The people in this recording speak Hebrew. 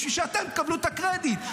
בשביל שאתם תקבלו את הקרדיט.